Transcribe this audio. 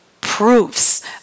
proofs